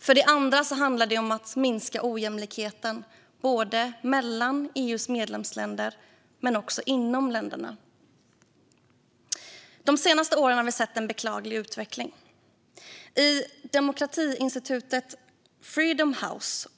För det andra handlar det om att minska ojämlikheten, både mellan EU:s medlemsländer och inom länderna. De senaste åren har vi sett en beklaglig utveckling. I den årliga rapporten från demokratiinstitutet Freedom House